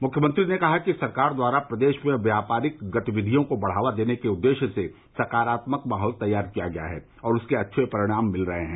मुख्यमंत्री ने कहा कि सरकार द्वारा प्रदेश में व्यापारिक गतिविधियों को बढ़ावा देने के उददेश से सकारात्मक माहौल तैयार किया गया है और उसके अच्छे परिणाम मिल रहे हैं